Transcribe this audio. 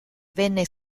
venne